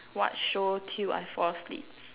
watch show till I fall asleep